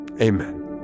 Amen